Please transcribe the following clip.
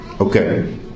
Okay